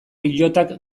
pilotak